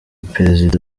perezida